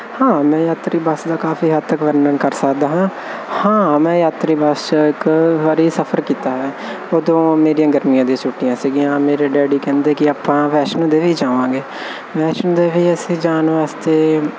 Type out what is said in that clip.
ਹਾਂ ਮੈਂ ਅੱਥਰੀ ਬੱਸ ਦਾ ਕਾਫੀ ਹੱਦ ਤੱਕ ਵਰਣਨ ਕਰ ਸਕਦਾ ਹਾਂ ਹਾਂ ਮੈਂ ਯਾਤਰੀ ਬਸ ਇੱਕ ਵਾਰੀ ਸਫਰ ਕੀਤਾ ਹੈ ਉਦੋਂ ਮੇਰੀਆਂ ਗਰਮੀਆਂ ਦੀਆਂ ਛੁੱਟੀਆਂ ਸੀਗੀਆਂ ਮੇਰੇ ਡੈਡੀ ਕਹਿੰਦੇ ਕਿ ਆਪਾਂ ਵੈਸ਼ਨੋ ਦੇਵੀ ਜਾਵਾਂਗੇ ਵੈਸ਼ਨੋ ਦੇਵੀ ਅਸੀਂ ਜਾਣ ਵਾਸਤੇ